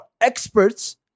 experts